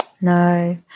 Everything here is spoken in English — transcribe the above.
no